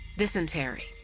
dysentery,